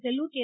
Sellur K